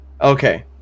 okay